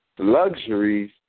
Luxuries